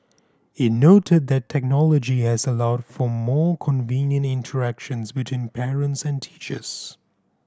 it noted that technology has allowed for more convenient interactions between parents and teachers